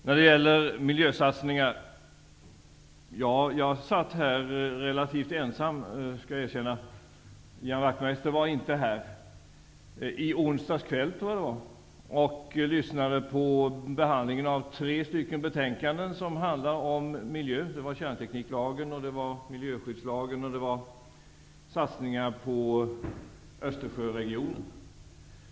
När det gäller miljösatsningarna: Jag satt här relativt ensam, det skall jag erkänna, -- Ian Wachtmeister var inte i kammaren då, jag tror att det var i onsdags kväll -- och lyssnade på behandlingen av tre betänkanden om miljön. Det gällde kärntekniklagen, miljöskyddslagen och frågan om satsningar på Östersjöregionen.